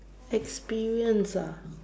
experience ah